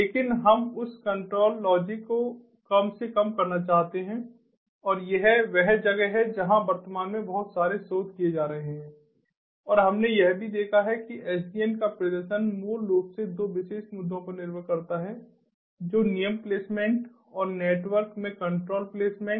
लेकिन हम उस कंट्रोल लॉजिक को कम से कम करना चाहते हैं और यह वह जगह है जहां वर्तमान में बहुत सारे शोध किए जा रहे हैं और हमने यह भी देखा है कि एसडीएन का प्रदर्शन मूल रूप से 2 विशेष मुद्दों पर निर्भर करता है जो नियम प्लेसमेंट और नेटवर्क में कंट्रोलर प्लेसमेंट